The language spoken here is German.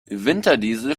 winterdiesel